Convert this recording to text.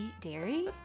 dairy